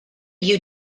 you